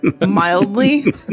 Mildly